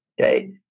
okay